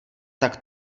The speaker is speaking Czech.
tak